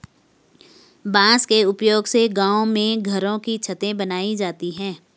बांस के उपयोग से गांव में घरों की छतें बनाई जाती है